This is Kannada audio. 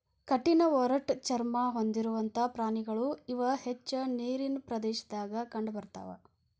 ಕಠಿಣ ಒರಟ ಚರ್ಮಾ ಹೊಂದಿರುವಂತಾ ಪ್ರಾಣಿಗಳು ಇವ ಹೆಚ್ಚ ನೇರಿನ ಪ್ರದೇಶದಾಗ ಕಂಡಬರತಾವ